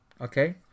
Okay